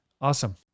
Awesome